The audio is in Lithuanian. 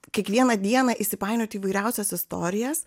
kiekvieną dieną įsipainiot į įvairiausias istorijas